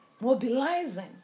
mobilizing